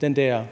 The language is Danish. det der